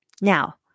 Now